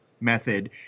method